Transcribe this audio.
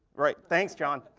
right. thanks john.